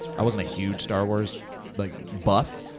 i wasn't a huge star wars like buff,